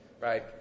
right